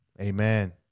Amen